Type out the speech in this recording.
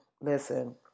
Listen